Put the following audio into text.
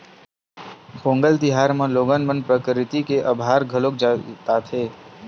पोंगल तिहार म लोगन मन प्रकरिति के अभार घलोक जताथे